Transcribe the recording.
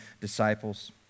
disciples